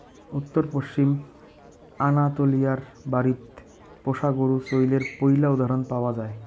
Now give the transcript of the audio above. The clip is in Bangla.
উত্তর পশ্চিম আনাতোলিয়ায় বাড়িত পোষা গরু চইলের পৈলা উদাহরণ পাওয়া যায়